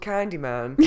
Candyman